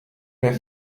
mehr